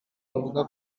baravuga